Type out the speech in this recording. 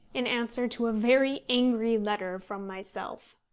in answer to a very angry letter from myself.